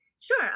Sure